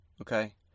Okay